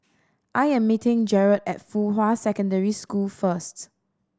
I am meeting Jarrad at Fuhua Secondary School first